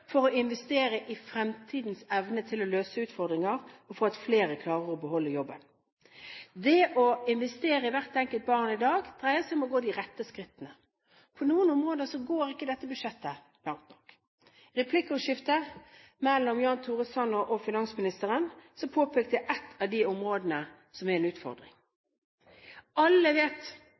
for å investere i fremtidens evne til å løse utfordringer og for at flere skal klare å beholde jobben. Det å investere i hvert enkelt barn i dag dreier seg om å gå de rette skrittene. På noen områder går ikke dette budsjettet langt nok. I replikkordskiftet mellom Jan Tore Sanner og finansministeren ble det pekt på ett av de områdene som er en utfordring. Alle vet